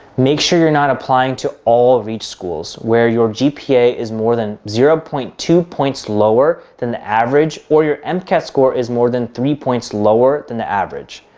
make sure you're not applying to all reach schools where your gpa is more than zero point two points lower than the average or your mcat score is more than three points lower than the average.